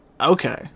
Okay